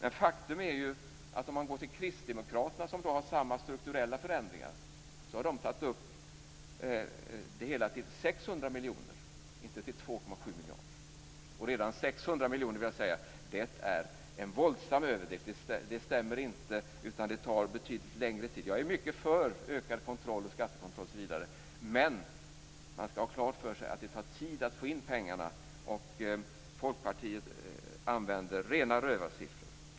Men faktum är att Kristdemokraterna, som föreslår samma strukturella förändringar, har tagit upp det hela till 600 miljoner, inte till 2,7 miljarder. Redan 600 miljoner är en våldsam överdrift. Det stämmer inte, utan det tar betydligt längre tid. Jag är mycket för en ökad skattekontroll, men man skall ha klart för sig att det tar tid att få in pengarna. Folkpartiet använder sig av rena rövarsiffror.